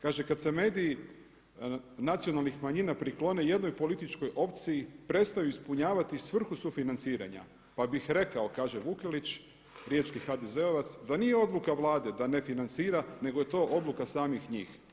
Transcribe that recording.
Kaže kada se mediji nacionalnih manjina priklone jednoj političkoj opciji prestaju ispunjavati svrhu sufinanciranja pa bih rekao kaže Vukelić, riječki HDZ-ovac da nije odluka Vlade da ne financira nego je to odluka samih njih.